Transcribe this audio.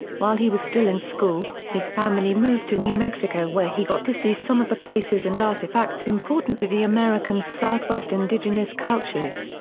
while he was still in school, his family moved to new mexico where he got to see some of the places and artifacts important to the american southwest indigenous cultures.